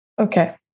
Okay